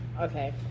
okay